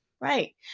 Right